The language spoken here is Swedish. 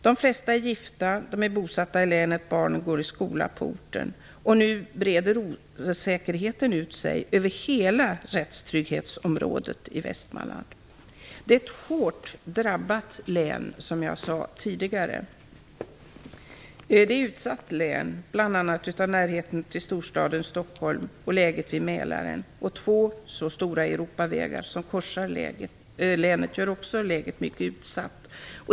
De flesta av de här poliserna är gifta och bosatta i länet. Deras barn går i skola på orten. Nu breder osäkerheten ut sig över hela rättstrygghetsområdet i Västmanland. Länet är, som jag tidigare sade, hårt drabbat. Länet är utsatt bl.a. till följd av närheten till storstaden Stockholm och av läget vid Mälaren. De två stora Europavägar som korsar länet gör också läget mycket utsatt.